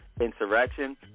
insurrection